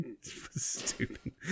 Stupid